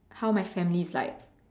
how my family is like